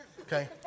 Okay